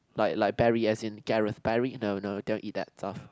like like berry as in Gareth Barry no no don't eat that stuff